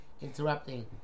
interrupting